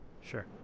sure